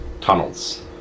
tunnels